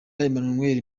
emmanuel